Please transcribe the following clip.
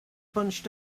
bunched